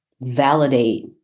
validate